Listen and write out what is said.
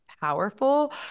powerful